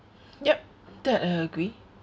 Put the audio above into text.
yup that I agree